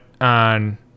on